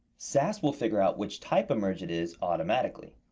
sas will figure out which type of merge it is automatically.